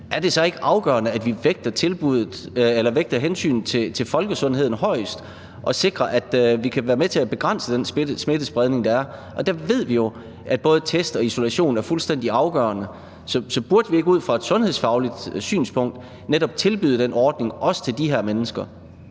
er det så ikke afgørende, at vi vægter hensynet til folkesundheden højest og sikrer, at vi kan være med til at begrænse den smittespredning, der er? Der ved vi jo, at både test og isolation er fuldstændig afgørende, så burde vi ikke ud fra et sundhedsfagligt synspunkt netop tilbyde den ordning til også de her mennesker?